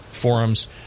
forums